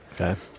Okay